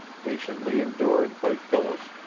patiently endured by phyllis,